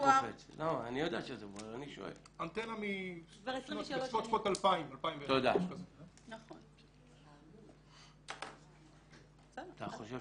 האנטנה מסביבות שנת 2000-2001. אתה חושב